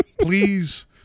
please